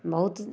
बहुत